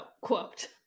quote